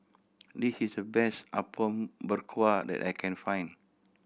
this is the best Apom Berkuah that I can find